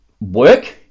work